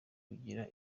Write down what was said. kugira